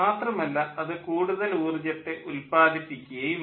മാത്രമല്ല അത് കൂടുതൽ ഊർജ്ജത്തെ ഉല്പാദിപ്പിക്കുകയുമില്ല